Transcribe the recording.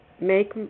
make